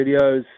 videos